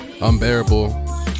unbearable